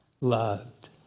Loved